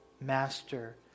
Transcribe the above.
master